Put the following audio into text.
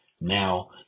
now